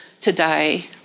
today